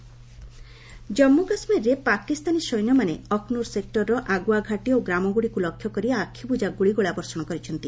J and K Jammu କାଶ୍କୀରରେ ପାକିସ୍ତାନୀ ସୈନ୍ୟମାନେ ଅଖ୍ନୁର୍ ସେକ୍ଟରର ଆଗୁଆ ଘାଟି ଓ ଗ୍ରାମଗୁଡ଼ିକୁ ଲକ୍ଷ୍ୟ କରି ଆଖିବୁଜା ଗୁଳିଗୋଳା ବର୍ଷଣ କରିଛନ୍ତି